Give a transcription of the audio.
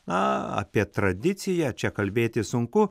na apie tradiciją čia kalbėti sunku